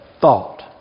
thought